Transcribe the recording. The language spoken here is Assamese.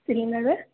চিলিণ্ডাৰটোৱে